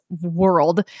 world